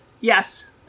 Yes